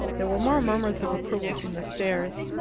there were more murmurs of approval from the stairs.